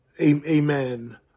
amen